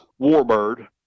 Warbird